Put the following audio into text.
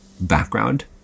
background